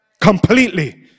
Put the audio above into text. Completely